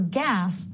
gas